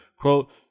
quote